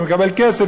שמקבל כסף,